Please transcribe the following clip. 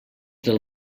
del